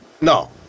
No